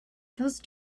those